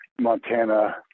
Montana